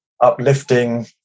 uplifting